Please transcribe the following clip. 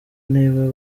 niba